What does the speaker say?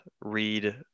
read